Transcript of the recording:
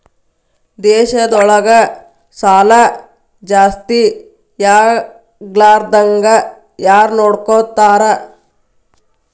ದೇಶದೊಳಗ ಸಾಲಾ ಜಾಸ್ತಿಯಾಗ್ಲಾರ್ದಂಗ್ ಯಾರ್ನೊಡ್ಕೊತಾರ?